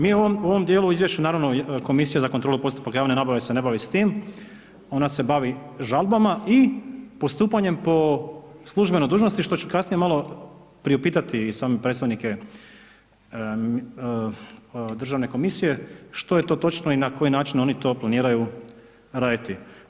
Mi u ovom dijelu u izvješću, naravno komisija za kontrolu postupaka javne nabave se ne bavi s tim, ona se bavi žalbama i postupanjem po službenoj dužnosti što ću kasnije malo priupitati same predstavnike državne komisije što je to točno i na koji način oni to planiraju raditi.